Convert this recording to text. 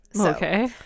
Okay